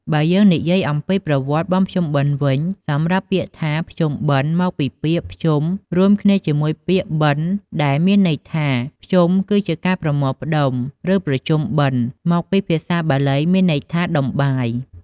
បើយើងនិយាយអំពីប្រវត្តិបុណ្យភ្ជុំបិណ្ឌវិញ សម្រាប់ពាក្យថា “ភ្ជុំបិណ្ឌ” មកពីពាក្យ “ភ្ជុំ” រួមគ្នាជាមួយពាក្យ “បិណ្ឌ” ដែលមានន័យថា ភ្ជុំគឺការប្រមូលផ្តុំ ឬប្រជុំបិណ្ឌ មកពីភាសាបាលីមានន័យថា “ដុំបាយ” ។